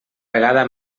vegada